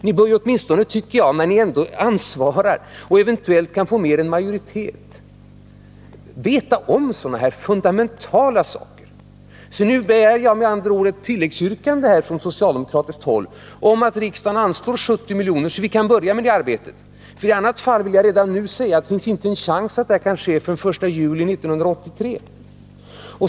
Ni bör ju åtminstone, när ni ändå vill ta på er det här ansvaret och eventuellt kan få med er en majoritet, veta om sådana fundamentala saker. Jag begär alltså ett tilläggsyrkande från socialdemokratiskt håll om att riksdagen anslår 70 milj.kr. så att vi kan börja med arbetet. Annars — det vill jag redan nu säga — finns det inte en chans att det kan ske förrän den 1 juli 1983.